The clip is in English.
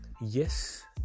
yes